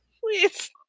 Please